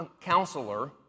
counselor